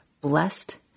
blessed